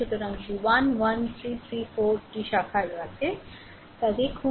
সুতরাং যদি 1 1 3 3 4 টি শাখা আছে তা দেখুন